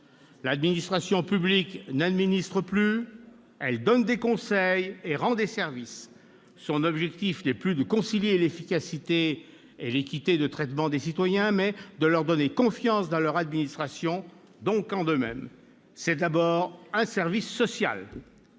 L'administration publique n'administre plus, elle donne des conseils et rend des services. Son objectif est non plus de concilier l'efficacité et l'équité de traitement des citoyens, mais de leur donner confiance dans leur administration, donc en eux-mêmes. C'est d'abord un service social.